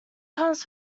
comes